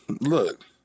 look